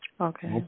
Okay